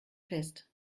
fest